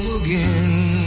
again